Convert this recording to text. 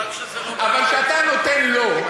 חבל שזה לא, אבל כשאתה נותן לו,